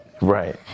Right